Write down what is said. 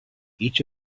each